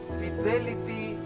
fidelity